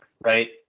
right